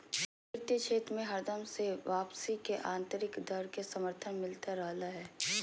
वित्तीय क्षेत्र मे हरदम से वापसी के आन्तरिक दर के समर्थन मिलते रहलय हें